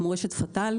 כמו רשת פתאל,